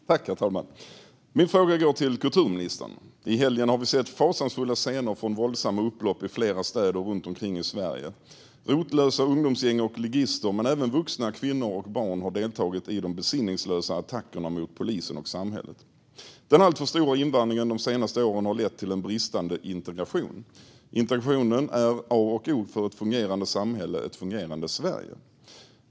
Herr talman! Min fråga går till kulturministern. I helgen har vi sett fasansfulla scener från våldsamma upplopp i flera städer runt om i Sverige. Rotlösa ungdomsgäng och ligister, men även vuxna, kvinnor och barn, har deltagit i de besinningslösa attackerna mot polisen och samhället. Den alltför stora invandringen de senaste åren har lett till en bristande integration. Integrationen är A och O för ett fungerande samhälle och för ett fungerande Sverige.